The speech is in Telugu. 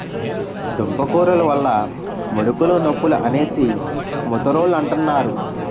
దుంపకూరలు వల్ల ముడుకులు నొప్పులు అనేసి ముదరోలంతన్నారు